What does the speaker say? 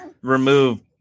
remove